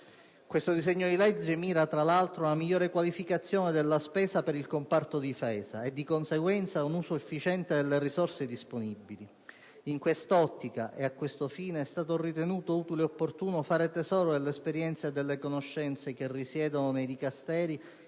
Tale disegno di legge mira, tra l'altro, ad una migliore qualificazione della spesa per il comparto difesa e, di conseguenza, ad un uso efficiente delle risorse disponibili. In quest'ottica e a tal fine, è stato ritenuto utile ed opportuno fare tesoro delle esperienze e delle conoscenze che risiedono nei Dicasteri